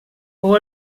fou